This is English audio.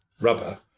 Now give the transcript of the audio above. rubber